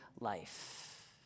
life